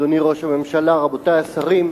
תודה, אדוני ראש הממשלה, רבותי השרים,